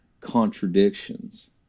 contradictions